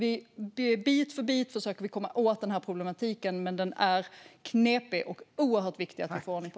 Bit för bit försöker vi komma åt den här problematiken. Den är knepig men oerhört viktig att få ordning på.